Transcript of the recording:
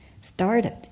started